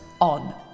on